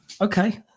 okay